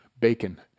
bacon